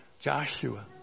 Joshua